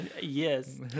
Yes